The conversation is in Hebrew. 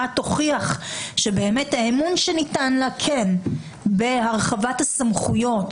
תוכיח שבאמת האמון שניתן בה בהרחבת הסמכויות,